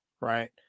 Right